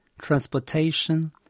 transportation